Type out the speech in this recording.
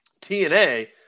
TNA